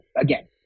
again